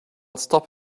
stop